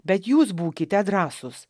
bet jūs būkite drąsūs